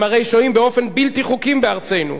הם הרי שוהים באופן בלתי חוקי בארצנו.